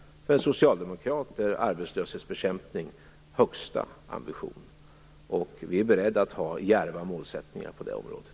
För en socialdemokrat är arbetslöshetsbekämpning högsta ambitionen. Vi är beredda att ha djärva målsättningar på det området.